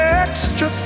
extra